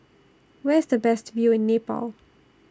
Where IS The Best View in Nepal